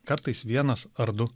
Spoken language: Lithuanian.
kartais vienas ar du